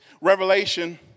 revelation